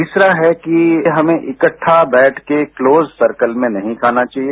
तीसरा है कि हमें इकट्टा बैठकर क्लोज सर्कल में नहीं खाना चाहिए